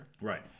Right